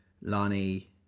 Lani